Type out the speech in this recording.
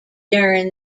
during